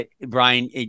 Brian